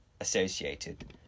associated